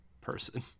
person